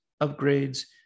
upgrades